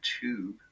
tube